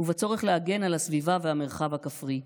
ובצורך להגן על הסביבה והמרחב הכפרי.